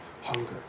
hunger